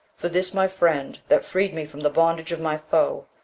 for this my friend that freed me from the bondage of my foe,